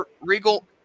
Regal